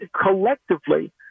collectively